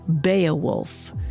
Beowulf